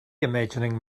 imagining